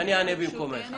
אני אענה במקומך.